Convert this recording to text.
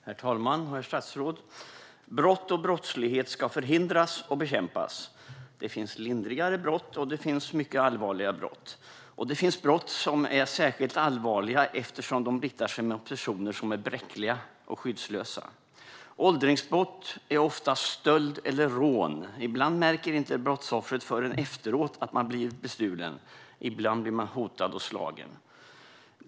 Herr talman och herr statsråd! Brott och brottslighet ska förhindras och bekämpas. Det finns lindrigare brott, och det finns mycket allvarliga brott. Det finns brott som är särskilt allvarliga eftersom de riktar sig mot bräckliga och skyddslösa personer. Åldringsbrott är ofta stöld eller rån. Ibland märker inte brottsoffret förrän efteråt att man har blivit bestulen. Ibland blir man hotad och slagen.